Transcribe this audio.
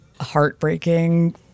heartbreaking